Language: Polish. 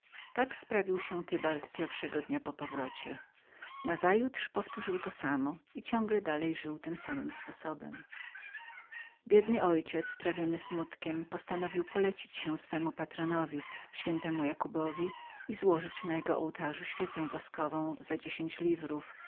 tak sprawił się tybald pierwszego dnia po powrocie nazajutrz powtórzył to samo i ciągle dalej żył tym samym sposobem biedny ojciec trawiony smutkiem postanowił polecić się patronowi świętemu jakóbowi i złożyć na jego ołtarzu dziesięcio funtową świecę woskową